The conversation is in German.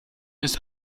ist